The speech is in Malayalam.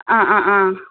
അ അ ആ